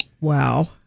Wow